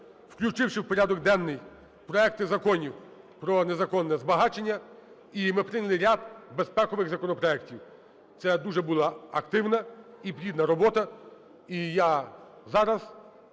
включивши в порядок денний проекти законів про незаконне збагачення, і ми прийняли рядбезпекових законопроектів. Це дуже була активна і плідна робота. І я зараз